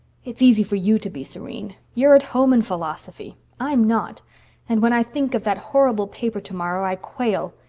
it's easy for you to be serene. you're at home in philosophy. i'm not and when i think of that horrible paper tomorrow i quail.